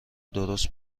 درست